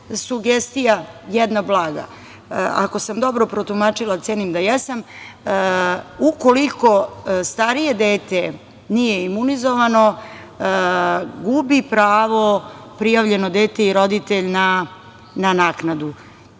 sugestija jedna blaga. Ako sam dobro protumačila, a cenim da jesam, u koliko starije dete nije imunizovano gubi pravo prijavljeno dete i roditelj na naknadu.